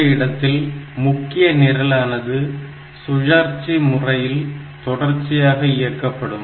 இந்த இடத்தில் முக்கிய நிரலானது சுழற்சி முறையில் தொடர்ச்சியாக இயக்கப்படும்